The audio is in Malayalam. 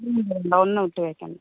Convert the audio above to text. ഇതൊന്നും ഇട്ട് വെക്കണ്ട